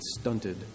stunted